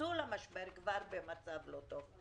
נכנסו למשבר כבר במצב לא טוב.